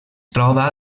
troba